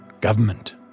government